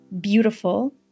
beautiful